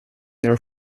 their